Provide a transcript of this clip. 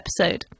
episode